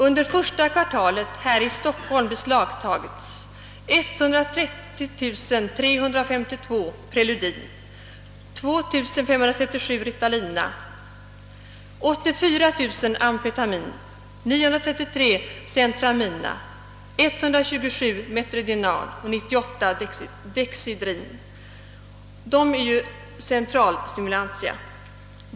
Under första kvartalet i år har det här i Stockholm beslagtagits 130352 preludin, 2537 ritalina, 384000 amfetamin, 933 centramina, 127 metredinal och 98 dexidrin. Samtliga dessa medel är centralstimulantia.